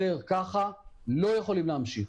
ככה יותר אנחנו לא יכולים להמשיך.